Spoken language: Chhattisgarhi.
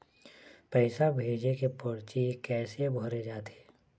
पैसा भेजे के परची कैसे भरे जाथे?